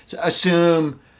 assume